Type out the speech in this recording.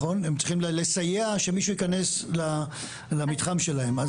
הם צריכים לסייע שמישהו צריך להיכנס למתחם שלהם.